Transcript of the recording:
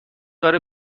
داره